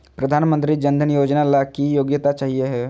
प्रधानमंत्री जन धन योजना ला की योग्यता चाहियो हे?